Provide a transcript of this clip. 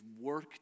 work